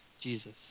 Jesus